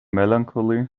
melancholy